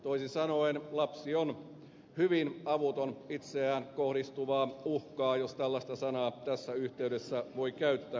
toisin sanoen lapsi on hyvin avuton itseään kohdistuvaa uhkaa jos tällaista sanaa tässä yhteydessä voi käyttää kohtaan